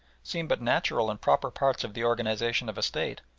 seemed but natural and proper parts of the organisation of a state,